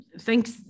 thanks